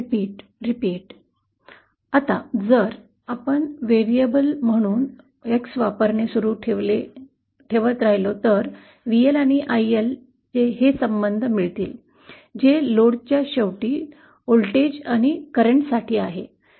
पुन्हा आता जर आपण व्हेरिएबल म्हणून X वापरणे सुरू ठेवत राहिलो तर VL आणि IL हे संबंध मिळतील जे लोडच्या शेवटी व्होल्टेज आणि करंटसाठी आहे